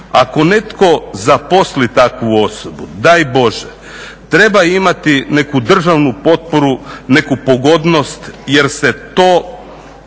Ako netko zaposli takvu osobu, daj Bože, treba imati neku državnu potporu, neku pogodnost jer se to